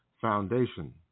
Foundation